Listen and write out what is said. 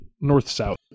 north-south